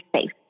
safe